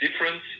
difference